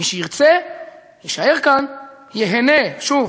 מי שירצה, יישאר כאן, ייהנה, שוב,